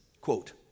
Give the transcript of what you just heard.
quote